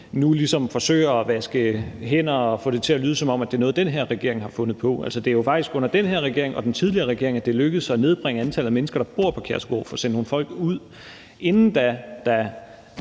forsøger at vaske hænder og få det til at lyde, som om det er noget, den her regering har fundet på. Altså, det er jo faktisk under den her regering og den tidligere regering, at det er lykkedes at nedbringe antallet af mennesker, der bor på Kærshovedgård, og få sendt nogle folk ud. Inden da,